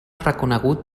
reconegut